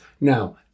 Now